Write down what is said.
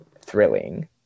thrilling